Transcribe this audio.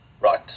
right